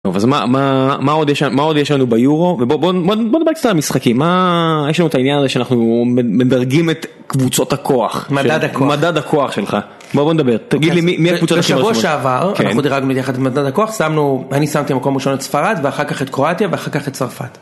אז מה עוד יש לנו ביורו ובוא נדבר קצת על המשחקים, מה...יש לנו את העניין הזה שאנחנו מדרגים את קבוצות הכוח. מדד הכוח. מדד הכוח שלך, בוא נדבר, תגיד לי מי הקבוצה הכי משמעותית, בשבוע שעבר אנחנו דירגנו ביחד את מדד הכוח, שמנו... אני שמתי מקום ראשון את ספרד ואחר כך את קרואטיה ואחר כך את צרפת.